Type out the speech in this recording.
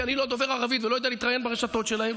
כי אני לא דובר ערבית ולא יודע להתראיין ברשתות שלהם,